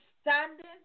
standing